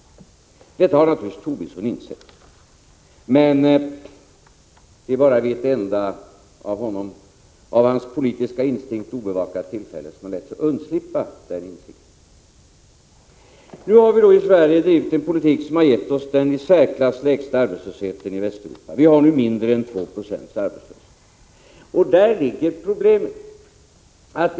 Detta har naturligtvis Tobisson insett. Men det är bara vid ett enda av hans politiska instinkt obevakat tillfälle som han låtit undslippa sig denna insikt. Vi har nu i Sverige drivit en politik som har givit oss den i särklass lägsta arbetslösheten i Västeuropa, mindre än 2 90, och däri ligger problemet.